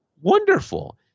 Wonderful